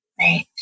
right